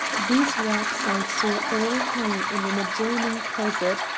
these wraps i saw all hung in an adjoining closet,